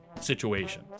situation